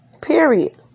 Period